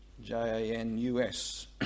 J-A-N-U-S